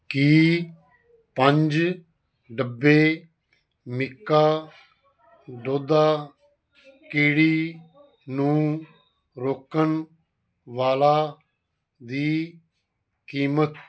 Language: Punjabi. ਕੀ ਪੰਜ ਡੱਬੇ ਮੀਕਾਡੋਦਾ ਕੀੜੀ ਨੂੰ ਰੋਕਣ ਵਾਲਾ ਦੀ ਕੀਮਤ